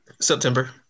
September